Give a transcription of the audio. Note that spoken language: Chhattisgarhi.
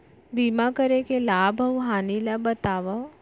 बीमा करे के लाभ अऊ हानि ला बतावव